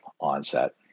onset